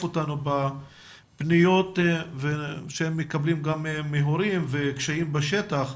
אותנו בפניות שהם מקבלים מההורים והקשיים בשטח.